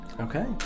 Okay